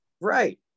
right